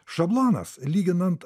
šablonas lyginant